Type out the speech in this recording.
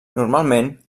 normalment